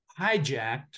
hijacked